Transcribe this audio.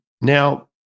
now